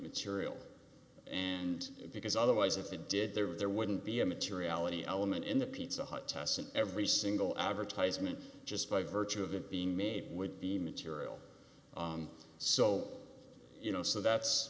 material and because otherwise if it did there or there wouldn't be a materiality element in the pizza hut tess and every single advertisement just by virtue of it being made would be material so you know so that's